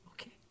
Okay